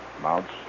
mounts